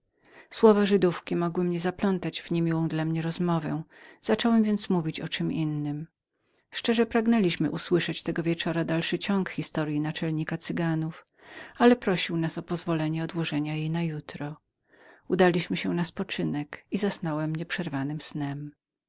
słowa te żydówki mogły mnie zaplątać w niemiłą dla mnie rozmowę zacząłem więc mówić o czem innem bylibyśmy szczerze pragnęli usłyszeć tego wieczora dalszy ciąg historyi naczelnika cyganów ale prosił nas o pozwolenie odłożenia jej na jutro udaliśmy się na spoczynek i zasnąłem nieprzerwanym snem